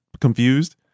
confused